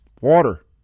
Water